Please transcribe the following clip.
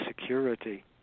security